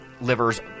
livers